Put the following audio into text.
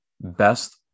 best